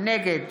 נגד